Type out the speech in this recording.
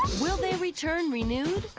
will they return renewed.